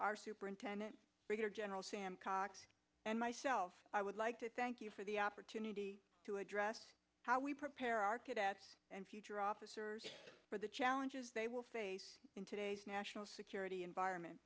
our superintendent brigadier general sam cox and myself i would like to thank you for the opportunity to address how we prepare our cadets and future officers for the challenges they will face in today's national security environment